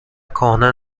کهنه